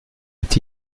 est